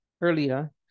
earlier